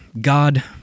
God